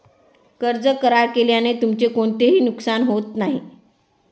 कर्ज करार केल्याने तुमचे कोणतेही नुकसान होत नाही